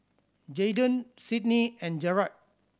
Jaidyn Sydney and Jered